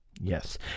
Yes